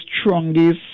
strongest